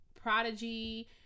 Prodigy